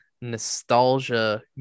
nostalgia